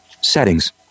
Settings